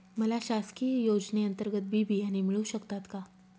मला शासकीय योजने अंतर्गत बी बियाणे मिळू शकतात का?